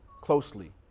closely